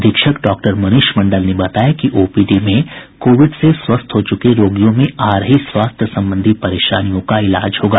अधीक्षक डॉक्टर मनीष मंडल ने बताया कि ओपीडी में कोविड से स्वस्थ हो चूके रोगियों में आ रही स्वास्थ्य संबंधी परेशानियों का इलाज होगा